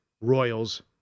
Royals